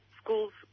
schools